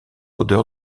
odeur